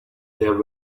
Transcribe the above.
there